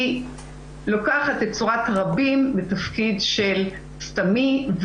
לוקחת את צורת הרבים בתפקיד של סתמי.